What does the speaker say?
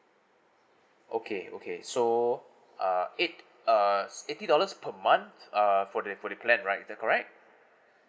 okay okay so uh eight uh eighty dollars per month uh for the for the plan right is that correct